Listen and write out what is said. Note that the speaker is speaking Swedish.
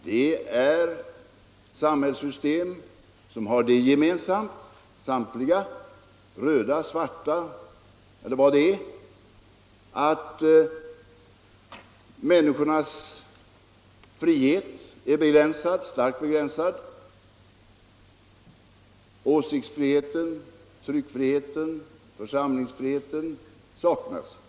Det är samhällssystem — röda, svarta eller vad de nu har för färg — som samtliga har det gemensamt att människornas frihet är starkt begränsad. Åsiktsfriheten, tryckfriheten och församlingsfriheten saknas.